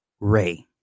Ray